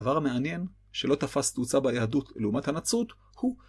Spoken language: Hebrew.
הדבר המעניין שלא תפס תאוצה ביהדות לעומת הנצרות הוא